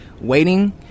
waiting